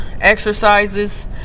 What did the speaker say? exercises